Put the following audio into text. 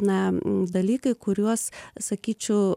na dalykai kuriuos sakyčiau